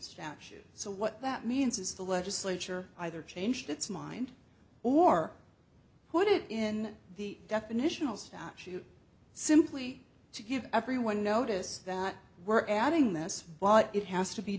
statute so what that means is the legislature either changed its mind or put it in the definitional statute simply to give everyone notice that we're adding this but it has to be